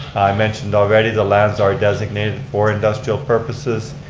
mentioned already, the lands are designated for industrial purposes.